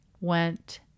went